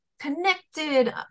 connected